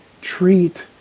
treat